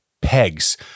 pegs